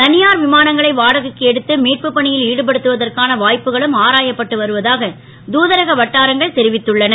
த யார் விமானங்களை வாடகைக்கு எடுத்து மீட்பு பணி ல் ஈடுபடுத்துவதற்கான வா ப்புக்களும் ஆராயப்பட்டு வருவதாக தூதரக வட்டாரங்கள் தெரிவித்துள்ளன